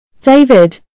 David